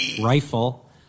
rifle